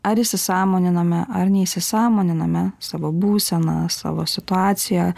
ar įsisąmoninome ar neįsisąmoniname savo būseną savo situaciją